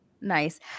Nice